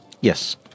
Yes